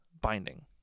binding